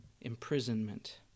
imprisonment